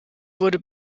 wurde